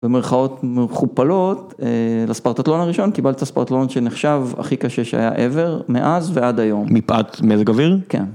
במירכאות מכופלות לספרטטואן הראשון קיבלת ספרטאון שנחשב הכי קשה שהיה ever מאז ועד היום. מפאת מזג אוויר? כן.